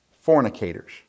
Fornicators